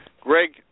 Greg